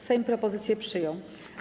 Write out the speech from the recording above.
Sejm propozycję przyjął.